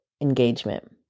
engagement